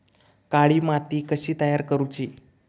काळी माती कशी तयार करूची?